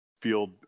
field